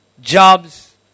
Jobs